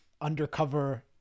undercover